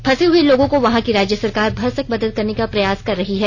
फंसे हुए लोगों को वहां की राज्य सरकार भरसक मदद करने का प्रयास कर रही है